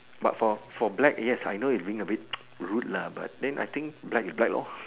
but for for black yes I know it's being a bit rude lah but then I think black is black lor